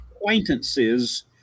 acquaintances